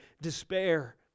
despair